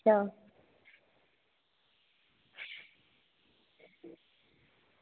हां